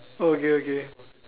oh okay okay